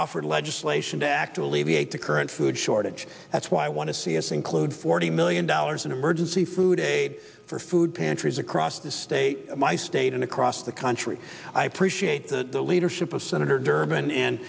offered legislation to actually v a to current food shortage that's why i want to see yes include forty million dollars in emergency food aid for food pantries across the state of my state and across the country i appreciate the leadership of senator durbin and